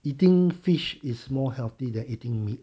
eating fish is more healthy than eating meat